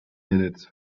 minutes